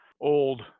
old